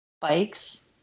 bikes